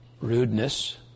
Rudeness